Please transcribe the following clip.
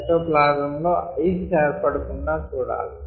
Saito plasm లో ice ఏర్పడకుండా చూడాలి